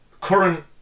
current